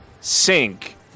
sink